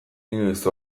inoiz